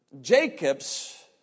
Jacob's